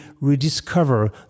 rediscover